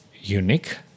unique